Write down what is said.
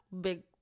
big